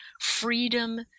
freedom